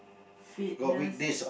fitness